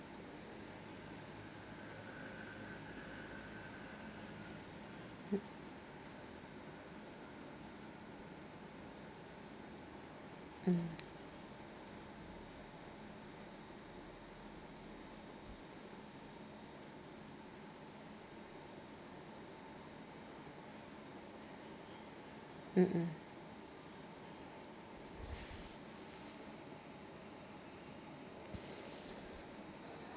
mm mm mmhmm